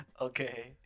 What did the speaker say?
Okay